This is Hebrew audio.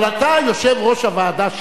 אבל אתה יושב-ראש הוועדה שלי,